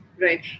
right